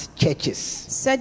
churches